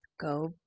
go